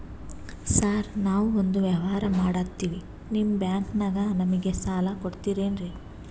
Sir ನಾವು ಒಂದು ವ್ಯವಹಾರ ಮಾಡಕ್ತಿವಿ ನಿಮ್ಮ ಬ್ಯಾಂಕನಾಗ ನಮಿಗೆ ಸಾಲ ಕೊಡ್ತಿರೇನ್ರಿ?